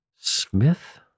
Smith